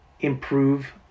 improve